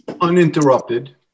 uninterrupted